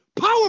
Power